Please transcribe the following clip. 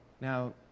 Now